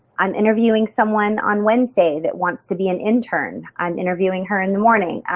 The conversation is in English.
i'm interviewing someone on wednesday that wants to be an intern. i'm interviewing her in the morning.